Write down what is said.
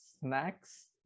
snacks